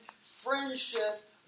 friendship